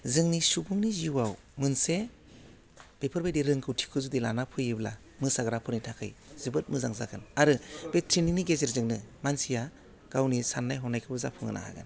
जोंनि सुबुंनि जिउआव मोनसे बेफोरबायदि रोंगौथिखौ जुदि लाना फैयोब्ला मोसाग्राफोरनि थाखै जोबोद मोजां जागोन आरो बे ट्रेइनिंनि गेजेरजोंनो मानसिया गावनि साननाय हनायखौबो जाफुंहोनो हागोन